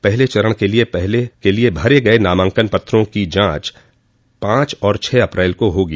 पहले चरण के लिए भरे गये नामांकन पत्रों की जांच पांच और छह अप्रैल को होगी